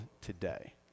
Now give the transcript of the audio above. today